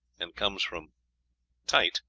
and comes from tit,